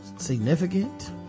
significant